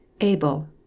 Abel